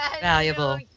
valuable